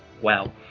wow